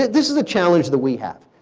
this is a challenge that we have.